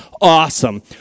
awesome